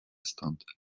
stąd